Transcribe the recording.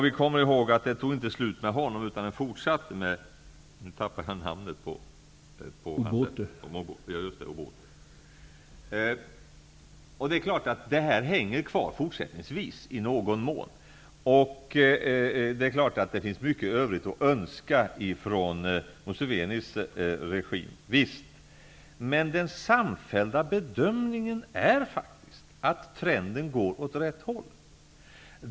Vi kommer också ihåg att det inte tog slut med honom, utan det fortsatte med Obote. Det här hänger kvar i någon mån. Det är klart att det finns mycket övrigt att önska ifrån Musevenis regim. Visst. Men den samfällda bedömningen är faktiskt att trenden går åt rätt håll.